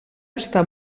estar